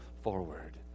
forward